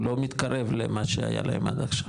הוא לא מתקרב למה שהיה להם עד עכשיו.